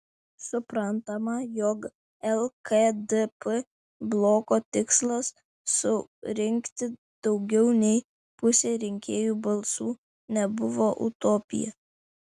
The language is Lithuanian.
suprantama jog lkdp bloko tikslas surinkti daugiau nei pusę rinkėjų balsų nebuvo utopija